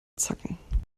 zacken